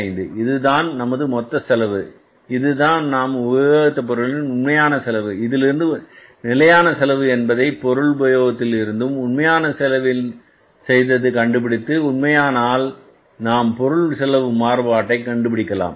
75 இதுதான் நமது மொத்த செலவு இதுதான் நாம் உபயோகித்த பொருளின் உண்மை செலவு இதிலிருந்து நிலையான செலவு என்பதை பொருள் உபயோகத்தில் இருந்தும் உண்மையான செலவில் செய்தது கண்டுபிடித்து உண்மையானால் நாம் பொருள் செலவு மாறுபாட்டை கண்டுபிடிக்கலாம்